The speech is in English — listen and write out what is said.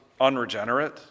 unregenerate